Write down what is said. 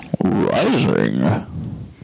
Rising